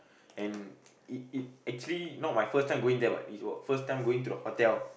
and it it actually not my first time going there but is my first time going to the hotel